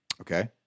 Okay